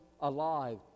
alive